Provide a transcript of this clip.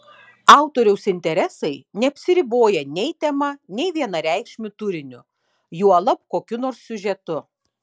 autoriaus interesai neapsiriboja nei tema nei vienareikšmiu turiniu juolab kokiu nors siužetu